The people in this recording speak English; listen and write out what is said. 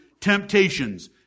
temptations